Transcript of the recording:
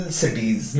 cities